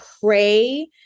pray